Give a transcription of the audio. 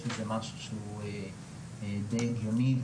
זה משהו די הגיוני,